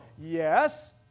Yes